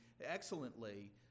excellently